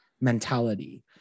mentality